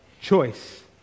choice